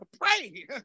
pray